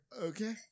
Okay